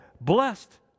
Blessed